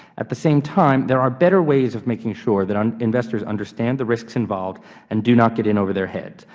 at the same time, there are better ways of making sure that um investors understand the risks involved and do not get in over their heads,